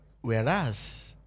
Whereas